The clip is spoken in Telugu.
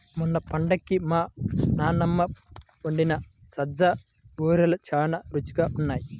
మొన్న పండక్కి మా నాన్నమ్మ వండిన సజ్జ బూరెలు చాలా రుచిగా ఉన్నాయి